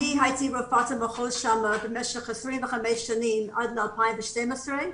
במשך 25 שנים, עד 2012,